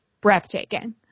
breathtaking